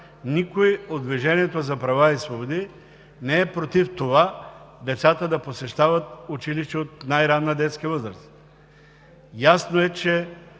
никой от „Движението за права и свободи“ не е против това децата да посещават училище от най-ранна детска възраст. Ясно е, че